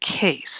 case